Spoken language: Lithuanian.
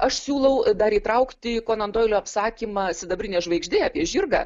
aš siūlau dar įtraukti į konono doilio apsakymą sidabrinė žvaigždė žirgą